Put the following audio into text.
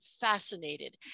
fascinated